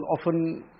often